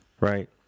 right